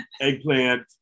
Eggplant